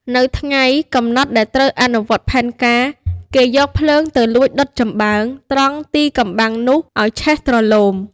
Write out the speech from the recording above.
នៅថ្ងៃ កំណត់ដែលត្រូវអនុវត្តផែនការ គេយកភ្លើងទៅលួចដុតចំបើង ត្រង់ទីកំបាំងនោះឱ្យឆេះទ្រលោម។